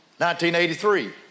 1983